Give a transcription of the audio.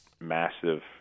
massive